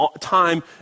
time